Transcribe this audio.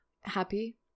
Happy